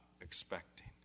expecting